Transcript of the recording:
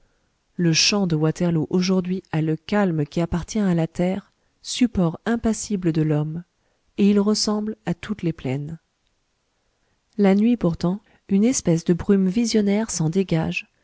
le champ de waterloo aujourd'hui a le calme qui appartient à la terre support impassible de l'homme et il ressemble à toutes les plaines la nuit pourtant une espèce de brume visionnaire s'en dégage